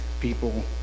people